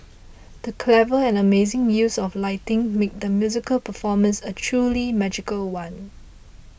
the clever and amazing use of lighting made the musical performance a truly magical one